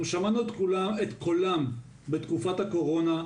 אנחנו שמענו את קולם בתקופת הקורונה,